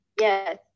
Yes